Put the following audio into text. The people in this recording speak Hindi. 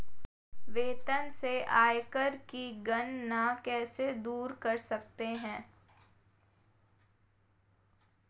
वेतन से आयकर की गणना कैसे दूर कर सकते है?